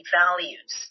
values